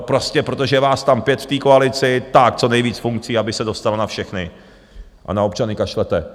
Prostě protože je vás tam pět v té koalici, tak co nejvíc funkcí, aby se dostalo na všechny, a na občany kašlete.